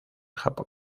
japón